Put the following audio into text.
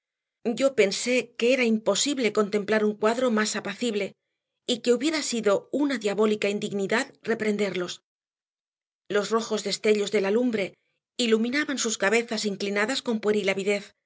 yo pensé que era imposible contemplar un cuadro más apacible y que hubiera sido una diabólica indignidad reprenderlos los rojos destellos de la lumbre iluminaban sus cabezas inclinadas con pueril